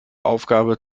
aufgabe